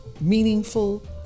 Meaningful